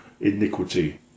iniquity